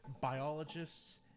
biologists